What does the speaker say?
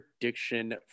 prediction